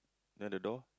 near the door